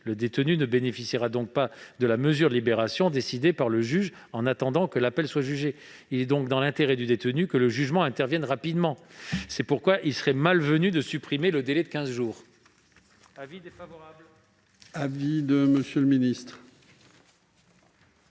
le détenu ne bénéficiera pas de la mesure de libération décidée par le juge en attendant que l'appel soit jugé. Il est donc dans l'intérêt du détenu que le jugement intervienne rapidement. C'est pourquoi il serait malvenu de supprimer le délai de quinze jours : avis défavorable. Quel est l'avis